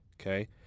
Okay